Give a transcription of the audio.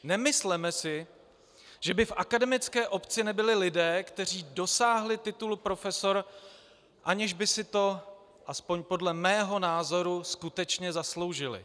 Nemysleme si, že by v akademické obci nebyli lidé, kteří dosáhli titul profesor, aniž by si to aspoň podle mého názoru skutečně zasloužili.